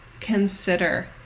consider